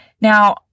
Now